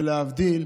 ולהבדיל,